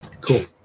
cool